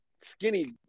skinny